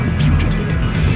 fugitives